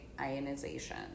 ionization